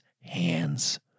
hands